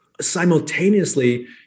simultaneously